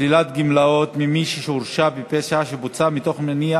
(שלילת גמלאות ממי שהורשע בפשע שבוצע מתוך מניע